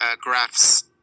graphs